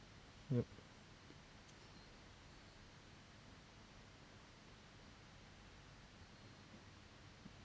yup